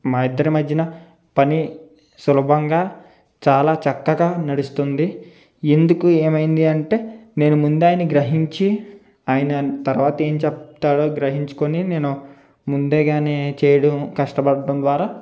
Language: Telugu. మా ఇద్దరి మధ్య పని సులభంగా చాలా చక్కగా నడుస్తుంది ఎందుకు ఏమైంది అంటే నేను ముందాయన్ని గ్రహించి ఆయన తర్వాత ఏం చెప్తాడో గ్రహించుకొని నేను ముందేగాని చేయడం కష్టపడటం ద్వారా